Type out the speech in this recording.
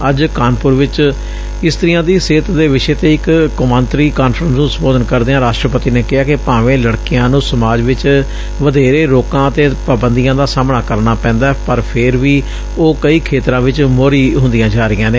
ਅੱਜ ਕਾਨਪੁਰ ਚ ਇਸਤਰੀਆਂ ਦੀ ਸਿਹਤ ਦੇ ਵਿਸ਼ੇ ਤੇ ਇਕ ਕੋਮਾਂਤਰੀ ਕਾਨਫਰੰਸ ਨੂੰ ਸੰਬੋਧਨ ਕਰਦਿਆਂ ਰਾਸ਼ਟਰਪਤੀ ਨੇ ਕਿਹਾ ਕਿ ਭਾਵੇਂ ਲੜਕੀਆਂ ਨੂੰ ਸਮਾਜ ਵਿਚ ਵਧੇਰੇ ਰੋਕਾਂ ਅਤੇ ਪਾਬੰਦੀਆਂ ਦਾ ਸਾਹਮਣਾ ਕਰਨਾ ਪੈਂਦੈ ਪਰ ਫੇਰ ਵੀ ਉਹ ਕਈ ਖੇਤਰਾਂ ਵਿਚ ਮੋਹਰੀ ਹੁੰਦੀਆਂ ਜਾ ਰਹੀਆਂ ਨੇ